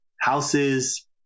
houses